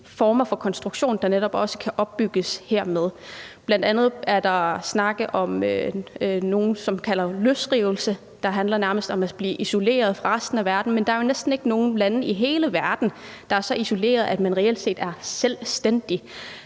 former for konstruktioner, der netop også kan opbygges hermed. Bl.a. er der snakke om det, som nogle kalder løsrivelse, der nærmest handler om at blive isoleret fra resten af verden, men der er jo næsten ikke nogen lande i hele verden, der er så isolerede, at man reelt set er selvstændig.